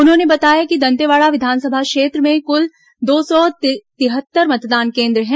उन्होंने बताया कि दंतेवाड़ा विधानसभा क्षेत्र में कूल दो सौ तिहत्तर मतदान केन्द्र हैं